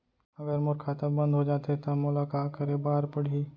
अगर मोर खाता बन्द हो जाथे त मोला का करे बार पड़हि?